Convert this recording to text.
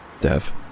Dev